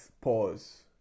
pause